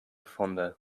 fonder